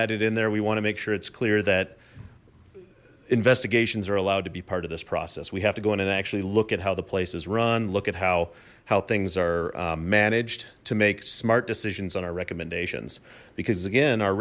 added in there we want to make sure it's clear that investigations are allowed to be part of this process we have to go in and actually look at how the place is run look at how how things are managed to make smart decisions on our recommendations because again our